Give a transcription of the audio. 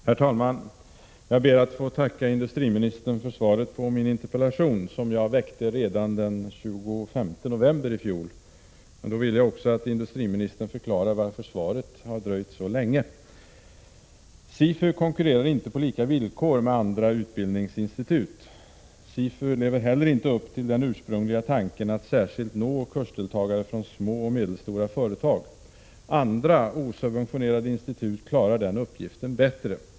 Herr talman! Jag ber att få tacka industriministern för svaret på min interpellation, som jag framställde redan den 25 november i fjol. Jag vill att industriministern förklarar varför svaret har dröjt så länge. SIFU konkurrerar inte på lika villkor med andra utbildningsinstitut. SIFU lever heller inte upp till den ursprungliga tanken att särskilt nå kursdeltagare från små och medelstora företag. Andra institut, som är osubventionerade, klarar den uppgiften bättre.